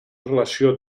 relació